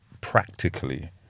practically